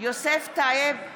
יוסף טייב,